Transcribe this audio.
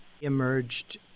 emerged